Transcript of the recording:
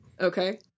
Okay